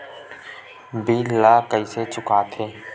bill ला कइसे चुका थे